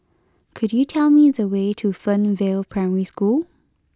could you tell me the way to Fernvale Primary School